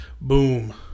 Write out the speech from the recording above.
boom